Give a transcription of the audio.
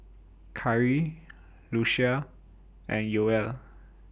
Khiry Lucia and Yoel